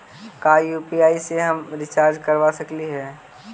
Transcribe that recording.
का यु.पी.आई से हम रिचार्ज करवा सकली हे?